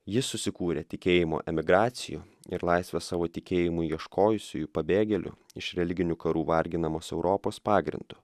ji susikūrė tikėjimo emigracijų ir laisvės savo tikėjimui ieškojusiųjų pabėgėlių iš religinių karų varginamos europos pagrindu